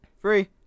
three